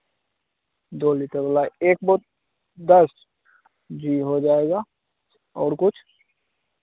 दो लीटर वाला एक बोतल दस जी हो जाएगा और कुछ